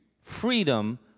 freedom